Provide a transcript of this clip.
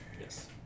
Yes